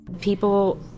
People